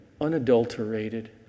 unadulterated